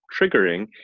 triggering